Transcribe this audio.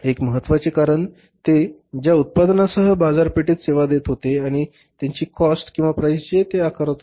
एक महत्त्वाचे कारण ते ज्या उत्पादनासह ते बाजारपेठेत सेवा देत होते आणि त्यांची कॉस्ट किंवा प्राईस जे ते आकारत होते